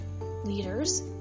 leaders